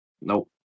Nope